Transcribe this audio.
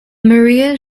maria